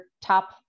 top